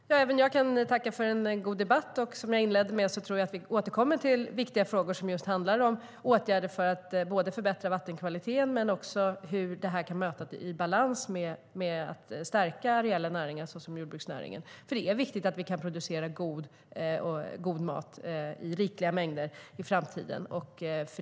Herr talman! Även jag vill tacka för en god debatt. Jag tror, vilket jag inledde med, att vi kommer att återkomma till just åtgärder för att förbättra vattenkvaliteten men också till hur åtgärder i balans kan stärka reella näringar såsom jordbruksnäringen. Det är viktigt att vi kan producera god mat i rikliga mängder i framtiden.